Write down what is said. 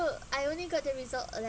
I only got the result